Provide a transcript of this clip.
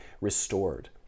restored